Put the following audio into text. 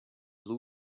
blue